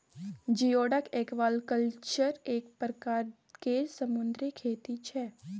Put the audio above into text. geoduck aquaculture एक परकार केर समुन्दरी खेती छै